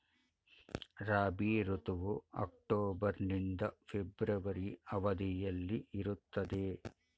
ರಾಬಿ ಋತುವು ಅಕ್ಟೋಬರ್ ನಿಂದ ಫೆಬ್ರವರಿ ಅವಧಿಯಲ್ಲಿ ಇರುತ್ತದೆ